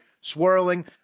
swirling